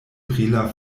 brila